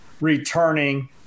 returning